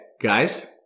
guys